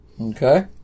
Okay